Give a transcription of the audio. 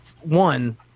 One